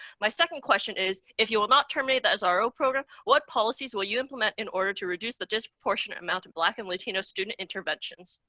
my second question is, if you will not terminate the ah sro program, what policies will you implement in order to reduce the disproportionate amount of black and latino student intervention?